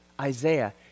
Isaiah